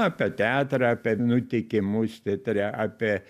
apie teatrą apie nutikimus teatre apie